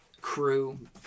crew